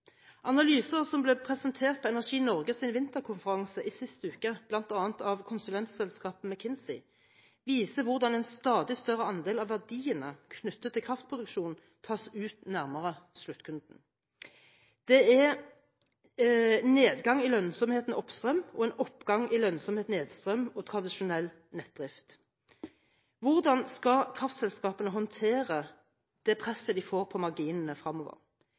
Analyser som ble presentert på Energi Norges vinterkonferanse sist uke, bl.a. av konsulentselskapet McKinsey, viser hvordan en stadig større andel av verdiene knyttet til kraftproduksjon tas ut nærmere sluttkunden. Det er nedgang i lønnsomheten oppstrøm, og en oppgang i lønnsomheten nedstrøm og tradisjonell nettdrift. Hvordan skal kraftselskapene håndtere det presset de får